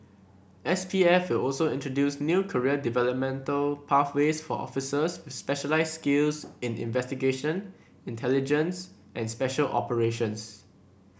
S P F will also introduce new career developmental pathways for officers with specialised skills in investigation intelligence and special operations